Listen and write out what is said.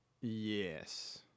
Yes